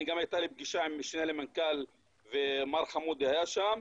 הייתה לי גם פגישה עם המשנה למנכ"ל ומר חמוד היה שם.